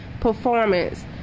performance